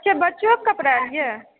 अच्छा बच्चोके कपड़ा आर यए